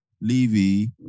Levy